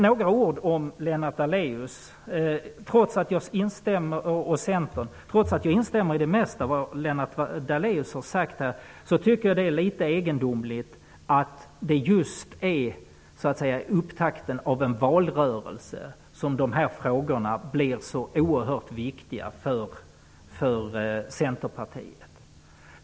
Några ord om Lennart Daléus och Centern. Trots att jag instämmer i det mesta av vad Lennart Daléus har sagt, tycker jag att det är litet egendomligt att det är just i upptakten av en valrörelse som dessa frågor blir så oerhört viktiga för Centerpartiet.